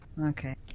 Okay